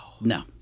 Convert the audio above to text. no